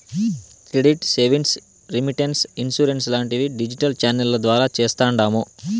credit savings, remittance, insurance లాంటివి digital ఛానెల్ల ద్వారా చేస్తాండాము